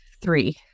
three